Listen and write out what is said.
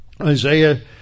Isaiah